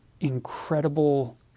incredible